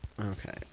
okay